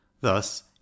Thus